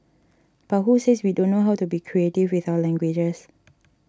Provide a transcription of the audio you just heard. but who says we don't know how to be creative with our languages